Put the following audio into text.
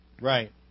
Right